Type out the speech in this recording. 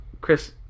Chris